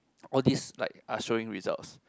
all these like are showing results